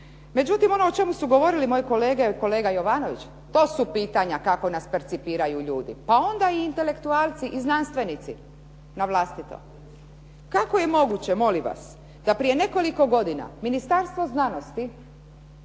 Međutim, ono o čemu su govorili moji kolege, kolega Jovanović to su pitanja kako nas percipiraju ljudi pa onda i intelektualci i znanstvenici na vlastito. Kako je moguće molim vas da prije nekoliko godina Ministarstvo znanosti